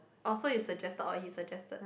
orh so you suggested or he suggested